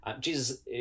Jesus